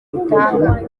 butanga